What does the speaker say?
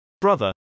Brother